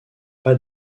pas